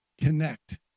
connect